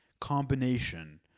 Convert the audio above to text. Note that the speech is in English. combination